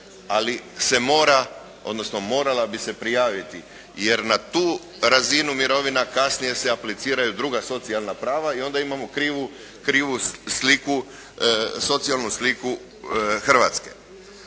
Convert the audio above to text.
ali se mora odnosno morala bi se prijaviti jer na tu razinu mirovina kasnije se apliciraju druga socijalna prava i onda imamo krivu sliku, socijalnu sliku Hrvatske.